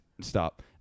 Stop